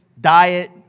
diet